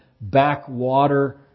backwater